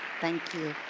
thank you.